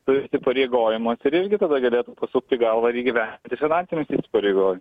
turi įpareigojimus ir irgti tada galėtų pasukti galvą ir įgyvendinti finansinius įsipareigojimus